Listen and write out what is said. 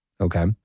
Okay